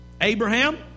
Abraham